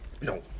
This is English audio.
no